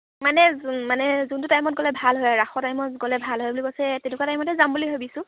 মানে মানে যোনটো টাইমত গ'লে ভাল হয় আৰু ৰাসৰ টাইমত গ'লে ভাল হয় বুলি কৈছে এই তেনেকুৱা টাইমতে যাম বুলি ভাবিছোঁ